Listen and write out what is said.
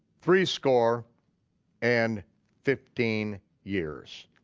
threescore and fifteen years.